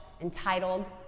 entitled